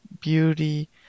beauty